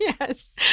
Yes